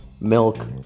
milk